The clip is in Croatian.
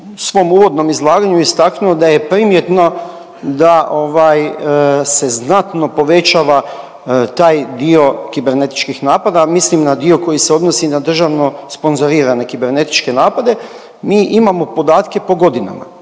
svom uvodnom izlaganju istaknuo da je primjetno da ovaj se znatno povećava taj dio kibernetičkih napada, mislim na dio koji se odnosi na državno sponzorirane kibernetičke napade. Mi imamo podatke po godinama,